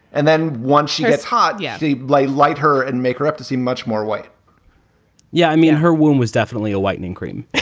and then once she gets hot. yeah. a light like her and make her up to see much more white yeah, i mean, her womb was definitely a whitening cream